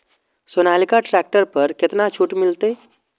Sonalika tractor पर केतना छूट मिलते?